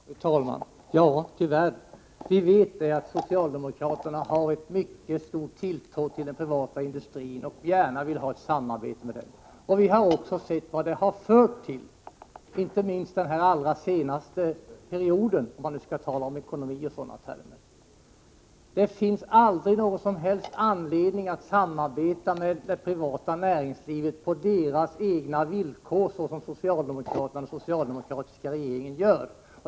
Fru talman! Tyvärr vet vi att socialdemokraterna har en mycket stark tilltro till den privata industrin och gärna vill ha ett samarbete med den. Vi har sett vad det har lett till, inte minst under den allra senaste perioden när det gäller ekonomin. Det finns aldrig någon som helst anledning att samarbeta med det privata näringslivet på dess egna villkor, som socialdemokraterna och den socialdemokratiska regeringen gör.